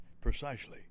precisely